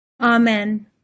Amen